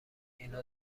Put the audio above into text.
اینا